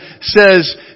says